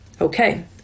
Okay